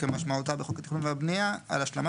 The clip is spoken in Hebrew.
כמשמעותה בחוק התכנון והבנייה,